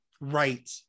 Right